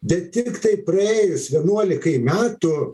bet tiktai praėjus vienuolikai metų